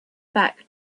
back